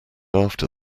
after